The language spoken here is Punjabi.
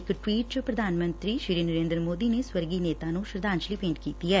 ਇਕ ਟਵੀਟ ਚ ਪ੍ਰਧਾਨ ਮੰਤਰੀ ਨਰੇਂਦਰ ਮੋਦੀ ਨੇ ਸਵਰਗੀ ਨੇਤਾ ਨੁੰ ਸ਼ਰਧਾਂਜਲੀ ਭੇਂਟ ਕੀਤੀ ਐ